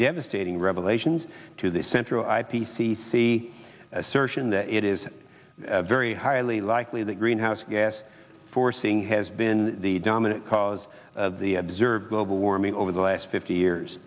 devastating revelations to the central i p c c assertion that it is very highly likely that greenhouse gas forcing has been the dominant cause of the observed global warming over the last fifty years